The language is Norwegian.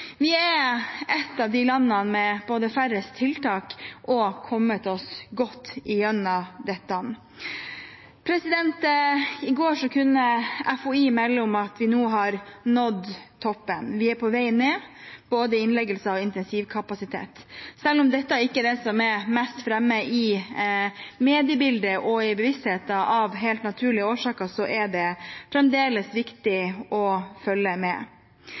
Vi er et av de landene som både har færrest tiltak og som har kommet oss godt igjennom dette. I går kunne FHI melde om at vi nå har nådd toppen. Vi er på vei ned, både når det gjelder innleggelser og bruk av intensivkapasitet. Selv om dette ikke er det som er mest framme i mediebildet og i bevisstheten – av helt naturlige årsaker – er det fremdeles viktig å følge med.